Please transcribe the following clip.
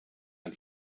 ein